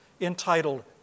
entitled